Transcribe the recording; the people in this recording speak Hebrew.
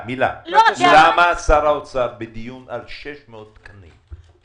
למה שר האוצר בדיון על 600 תקנים,